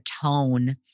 tone